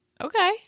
Okay